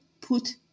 put